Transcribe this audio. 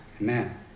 Amen